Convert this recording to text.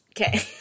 Okay